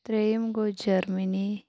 تریِم گوٚو جَرمٕنی